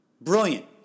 Brilliant